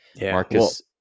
Marcus